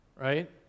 Right